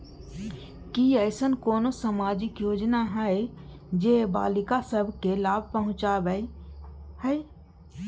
की ऐसन कोनो सामाजिक योजना हय जे बालिका सब के लाभ पहुँचाबय हय?